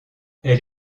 elle